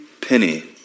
penny